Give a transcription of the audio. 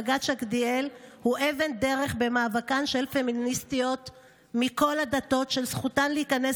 בג"ץ שקדיאל הוא אבן דרך במאבקן של פמיניסטיות מכל הדתות על זכותן להיכנס